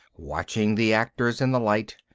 watching the actors in the light,